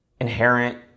inherent